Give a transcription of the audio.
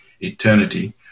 eternity